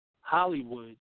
Hollywood